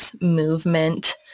movement